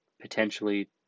potentially